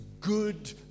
good